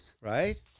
right